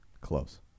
Close